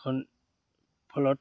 এখন ফলত